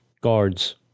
guards